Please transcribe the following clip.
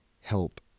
help